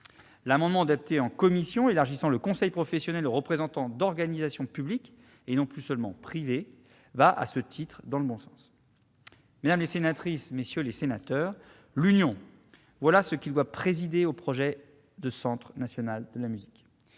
L'amendement adopté en commission élargissant la composition du conseil professionnel aux représentants d'organisations publiques, et non plus seulement privées, va, à ce titre, dans le bon sens. Mesdames les sénatrices, messieurs les sénateurs, l'union : voilà ce qui doit présider au projet de Centre national de la musique